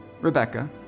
Rebecca